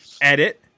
edit